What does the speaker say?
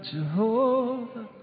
Jehovah